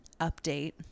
update